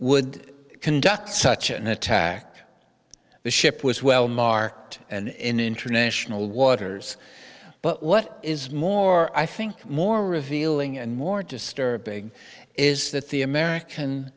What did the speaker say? would conduct such an attack the ship was well marked and in international waters but what is more i think more revealing and more disturbing is that the american